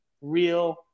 real